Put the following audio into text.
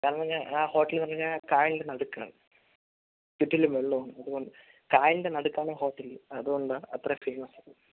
കാരണം എന്ന് പറഞ്ഞാൽ ആ ഹോട്ടലിൽ എന്ന് പറഞ്ഞാൽ കായലിൻ്റെ നടുക്കാണ് ചുറ്റിലും വെള്ളമാണ് അതുകൊണ്ട് കായലിൻ്റെ നടുക്കാണ് ഹോട്ടൽ അതുകൊണ്ടാണ് അത്രയും ഫീല്